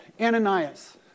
Ananias